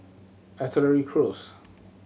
Artillery Close